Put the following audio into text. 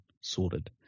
sorted